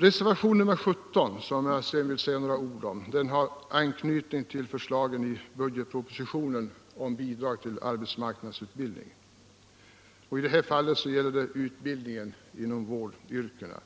Reservationen 17, som jag också skall säga några ord om, har anknytning till förslagen i budgetpropositionen om bidrag till arbetsmarknadsutbildning. I detta fall gäller det utbildningen inom vårdyrkena.